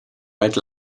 red